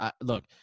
look